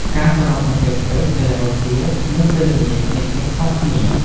ការគោរពនៅពេលព្រឹក ពេលរសៀល និងពេលល្ងាច មានភាពខុសគ្នា។